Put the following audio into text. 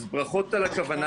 אז ברכות על הכוונה.